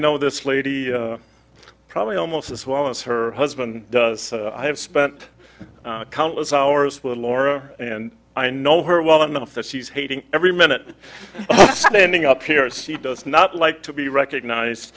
know this lady probably almost as well as her husband does i have spent countless hours with laura and i know her well enough that she's hating every minute standing up here is she does not like to be recognized